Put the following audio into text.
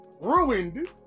ruined